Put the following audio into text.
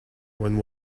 one